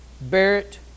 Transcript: Barrett